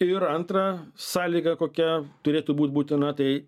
na ir antra sąlyga kokia turėtų būt būtina tai